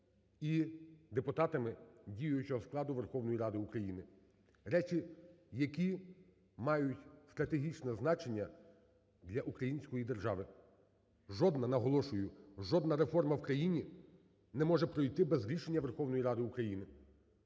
і депутатами діючого складу Верховної Ради України – речі, які мають стратегічне значення для української держави. Жодна, наголошую, жодна реформа в країні не може пройти без рішення Верховної Ради України.